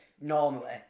normally